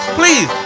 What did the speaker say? please